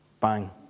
bang